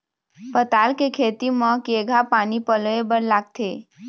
पताल के खेती म केघा पानी पलोए बर लागथे?